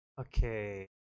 Okay